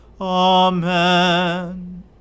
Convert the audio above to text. Amen